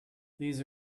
these